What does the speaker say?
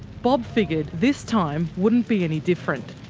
bob figured this time wouldn't be any different.